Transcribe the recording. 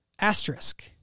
Asterisk